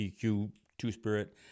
Two-Spirit